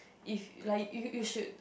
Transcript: if like you you should